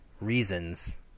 reasons